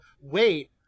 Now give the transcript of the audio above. wait